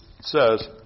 says